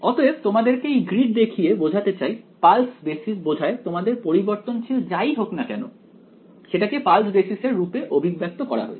অতএব তোমাদেরকে এই গ্রিড দেখিয়ে বোঝাতে চাই পালস বেসিস বোঝায় তোমাদের পরিবর্তনশীল যাই হোক না কেন সেটাকে পালস বেসিসের রূপে অভিব্যক্ত করা হয়েছে